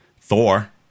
Thor